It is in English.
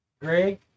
Greg